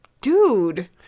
dude